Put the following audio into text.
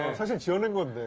you're burning with